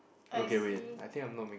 I see